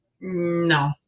No